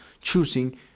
choosing